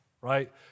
right